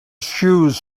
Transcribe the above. shoes